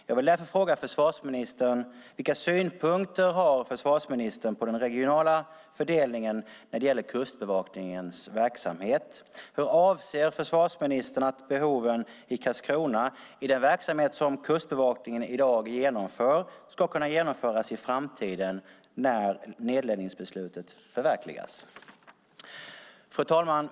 Jag vill därför fråga försvarsministern: Vilka synpunkter har försvarsministern på den regionala fördelningen när det gäller Kustbevakningens verksamhet? Hur avser försvarsministern att behoven i Karlskrona, i den verksamhet som Kustbevakningen i dag genomför, ska kunna genomföras i framtiden när nedläggningsbeslutet förverkligas?" Fru talman!